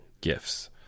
gifts